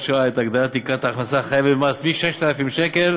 שעה את הגדלת תקרת ההכנסה החייבת במס מ-6,000 שקל